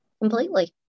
completely